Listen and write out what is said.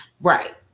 Right